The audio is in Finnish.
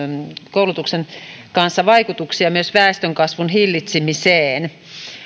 koulutuksen kanssa vaikutuksia myös väestönkasvun hillitsemiseen